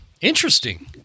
interesting